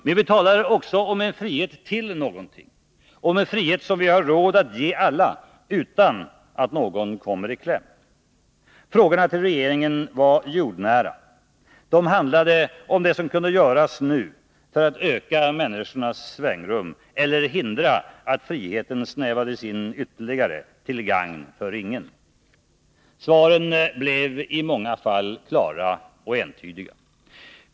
Men vi talar också om frihet till någonting; om en frihet som vi har råd att ge alla, utan att någon kommer i kläm. Frågorna till regeringen var jordnära. De handlade om det som kunde göras nu för att öka människornas svängrum eller hindra att friheten minskades ytterligare till gagn för ingen. Svaren blev i många fall klara och entydiga.